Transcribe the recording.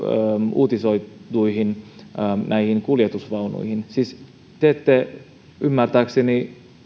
uutisoituihin kuljetusvaunuihin siis te ette ymmärtääkseni